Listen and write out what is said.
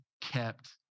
kept